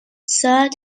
ساعت